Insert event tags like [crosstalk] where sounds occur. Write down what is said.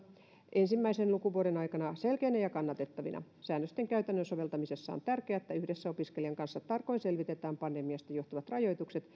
ensimmäisen lukuvuoden aikana selkeinä ja kannatettavina säännösten käytännön soveltamisessa on tärkeää että yhdessä opiskelijan kanssa tarkoin selvitetään pandemiasta johtuvat rajoitukset [unintelligible]